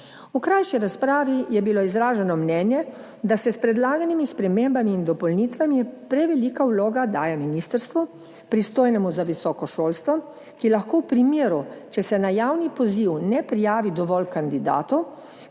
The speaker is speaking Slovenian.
V krajši razpravi je bilo izraženo mnenje, da se s predlaganimi spremembami in dopolnitvami prevelika vloga daje ministrstvu, pristojnemu za visoko šolstvo, ki lahko, če se na javni poziv ne prijavi dovolj kandidatov,